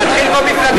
תתחיל במפלגה שלך,